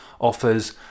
offers